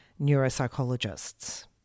neuropsychologists